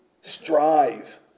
Strive